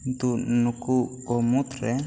ᱫᱩ ᱱᱩᱠᱩ ᱠᱚ ᱢᱩᱫᱽ ᱨᱮ